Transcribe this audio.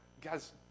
Guys